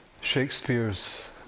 Shakespeare's